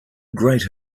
great